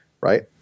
right